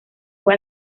fue